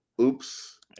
Oops